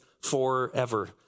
forever